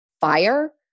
fire